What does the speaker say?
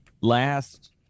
last